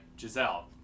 Giselle